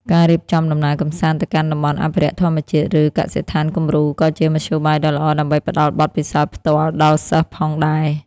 ការរៀបចំដំណើរកម្សាន្តទៅកាន់តំបន់អភិរក្សធម្មជាតិ ឬកសិដ្ឋានគំរូក៏ជាមធ្យោបាយដ៏ល្អដើម្បីផ្តល់បទពិសោធន៍ផ្ទាល់ដល់សិស្សផងដែរ។